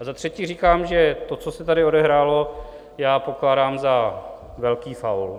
A za třetí říkám, že to, co se tady odehrálo, pokládám za velký faul.